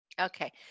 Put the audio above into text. Okay